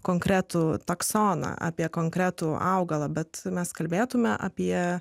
konkretų taksoną apie konkretų augalą bet mes kalbėtume apie